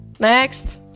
Next